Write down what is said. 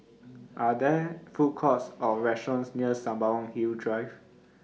Are There Food Courts Or restaurants near Sembawang Hills Drive